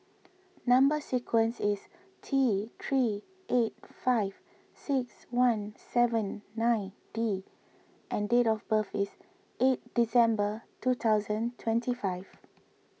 Number Sequence is T three eight five six one seven nine D and date of birth is eight December two thousand twenty five